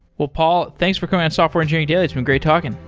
well, paul, thanks for coming on software engineering daily. it's been great talking.